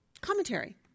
commentary